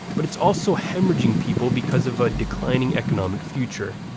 but it's also hemorrhaging people because of a declining economic future.